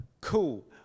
Cool